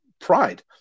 pride